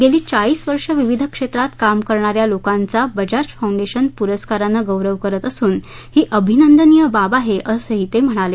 गेली चाळीस वर्ष विविध क्षेत्रात काम करणाऱ्या लोकांचा बजाज फाउंडेशन प्रस्कारानं गौरव करत असून ही अभिनंदनीय बाब आहे असही ते म्हणाले